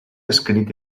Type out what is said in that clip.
escrit